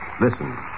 Listen